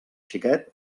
xiquet